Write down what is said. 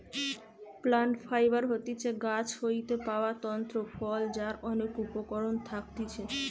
plant fibre হতিছে গাছ হইতে পাওয়া তন্তু ফল যার অনেক উপকরণ থাকতিছে